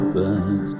back